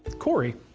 cory,